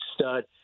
stud